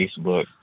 Facebook